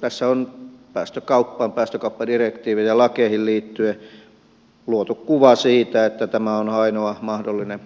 tässä on päästökauppaan päästökauppadirektiiviin ja lakeihin liittyen luotu kuva siitä että tämä on ainoa mahdollinen